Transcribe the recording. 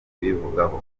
ibivugaho